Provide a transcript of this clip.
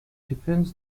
defends